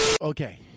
Okay